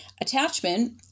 attachment